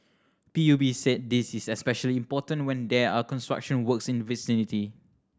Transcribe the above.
P U B said this is especially important when there are construction works in vicinity